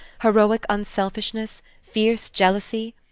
heroic unselfishness, fierce jealousy?